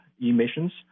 emissions